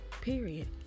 period